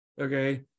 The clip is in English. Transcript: okay